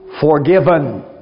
Forgiven